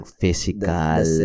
physical